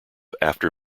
after